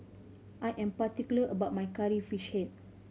I am particular about my Curry Fish Head